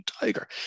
tiger